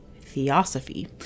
theosophy